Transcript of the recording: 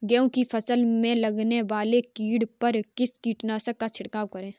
गेहूँ की फसल में लगने वाले कीड़े पर किस कीटनाशक का छिड़काव करें?